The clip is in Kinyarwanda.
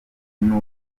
nubwo